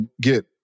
get